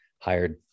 hired